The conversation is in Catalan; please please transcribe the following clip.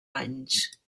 anys